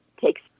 takes